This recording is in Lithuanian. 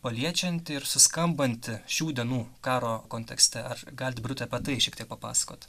paliečianti ir suskambanti šių dienų karo kontekste ar galit birute apie tai šiek tiek papasakot